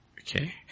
Okay